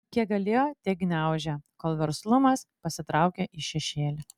kiek galėjo tiek gniaužė kol verslumas pasitraukė į šešėlį